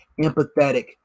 empathetic